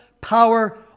power